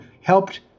helped